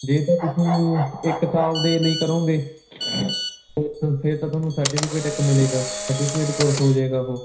ਜੇ ਤਾਂ ਤੁਸੀਂ ਇੱਕ ਸਾਲ ਦੇ ਲਈ ਕਰੋਂਗੇ ਫਿਰ ਤਾਂ ਫਿਰ ਤਾਂ ਤੁਹਾਨੂੰ ਸਰਟੀਫਿਕੇਟ ਇੱਕ ਮਿਲੇਗਾ ਸਰਟੀਫਿਕੇਟ ਕੋਰਸ ਹੋ ਜਾਏਗਾ ਉਹ